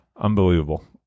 Unbelievable